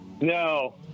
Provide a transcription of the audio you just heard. No